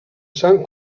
sant